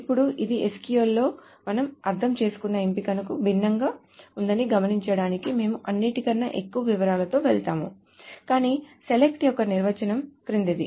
ఇప్పుడు ఇది SQL లో మనం అర్థం చేసుకున్న ఎంపికకు భిన్నంగా ఉందని గమనించడానికి మేము అన్నింటికన్నా ఎక్కువ వివరాలతో వెళ్తాము కాని సెలక్ట్ యొక్క నిర్వచనం క్రిందిది